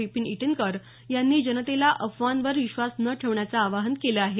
विपीन इटनकर यांनी जनतेला अफवांवर विश्वास न ठेवण्याचं आवाहन केलं आहे